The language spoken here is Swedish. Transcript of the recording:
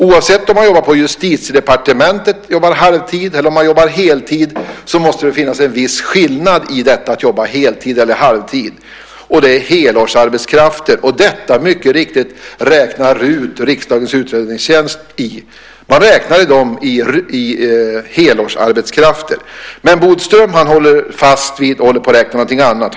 Oavsett om det handlar om jobb på Justitiedepartementet eller någon annanstans finns det en skillnad mellan att jobba heltid och att jobba halvtid. Det är helårsarbetskraften som är det viktiga. Riksdagens utredningstjänst, RUT, har räknat ut antalet helårsarbetskrafter, medan Bodström håller fast vid att räkna något annat.